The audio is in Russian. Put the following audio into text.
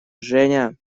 женя